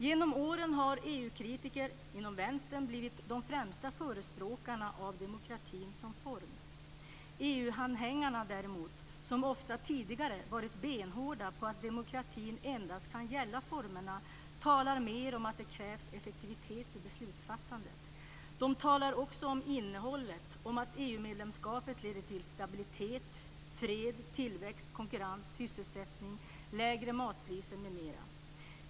Genom åren har EU-kritiker inom vänstern blivit de främsta förespråkarna av demokratin som form. EU-anhängarna, däremot, som ofta tidigare varit benhårda på att demokratin endast kan gälla formerna, talar mer om att det krävs effektivitet i beslutsfattandet. De talar också om innehållet, om att EU medlemskapet leder till stabilitet, fred, tillväxt, konkurrens, sysselsättning, lägre matpriser m.m.